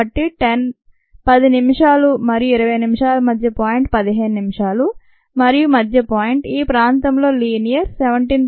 కాబట్టి 10 మరియు 20 నిమిషాల మధ్య పాయింట్ 15 నిమిషాలు మరియు మధ్య పాయింట్ ఈ ప్రాంతంలో లీనియర్ 17